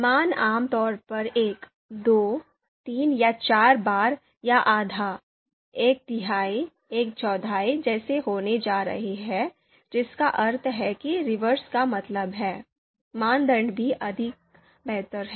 मान आम तौर पर 1 2 3 या 4 बार या 12 13 14 जैसे होने जा रहे हैं जिसका अर्थ है कि रिवर्स का मतलब है मानदंड बी अधिक बेहतर है